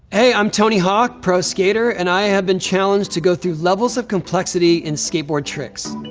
hey, i'm tony hawk, pro skater, and i have been challenged to go through levels of complexity in skateboard tricks.